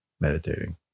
meditating